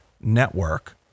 network